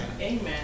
Amen